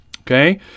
Okay